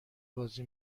بازی